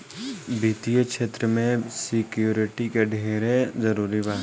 वित्तीय क्षेत्र में सिक्योरिटी के ढेरे जरूरी बा